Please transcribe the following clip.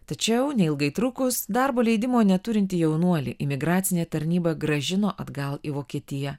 tačiau neilgai trukus darbo leidimo neturintį jaunuolį imigracinė tarnyba grąžino atgal į vokietiją